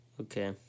Okay